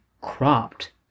cropped